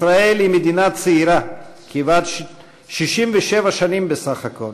ישראל היא מדינה צעירה, כבת 67 שנים בסך הכול,